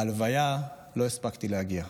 להלוויה לא הספקתי להגיע.